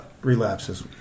relapses